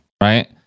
right